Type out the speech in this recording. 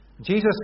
Jesus